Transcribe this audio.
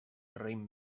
raïm